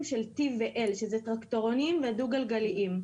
שלT ו-L שזה טרקטורונים ודו גלגליים.